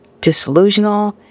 disillusioned